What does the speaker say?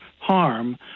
harm